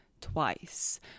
twice